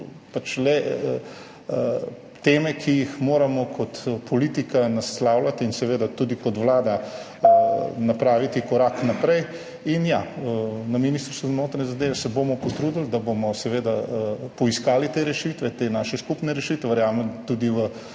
so le teme, ki jih moramo kot politika naslavljati in tudi kot vlada napraviti korak naprej. Na Ministrstvu za notranje zadeve se bomo potrudili, da bomo poiskali te rešitve, te naše skupne rešitve. Verjamem tudi v